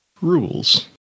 rules